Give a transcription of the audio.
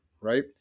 right